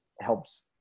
helps